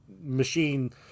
machine